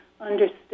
understood